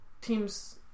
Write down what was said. teams